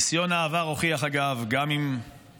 ניסיון העבר הוכיח: גם פעם,